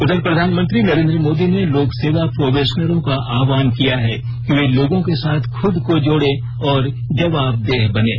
उधर प्रधानमंत्री नरेन्द्र मोदी ने लोक सेवा प्रोबेशनरों का आहवान किया है कि वे लोगों के साथ खुद को जोडें और जवाबदेह बनें